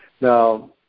Now